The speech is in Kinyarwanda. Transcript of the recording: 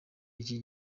iki